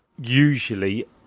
Usually